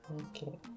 Okay